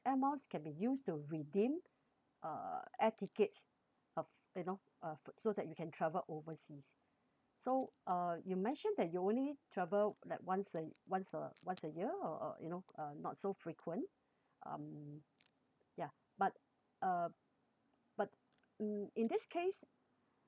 air miles can be used to redeem uh air tickets of you know uh so that you can travel overseas so uh you mentioned that you only travel like once a y~ once a once a year or uh you know not so frequent um ya but uh but mm in this case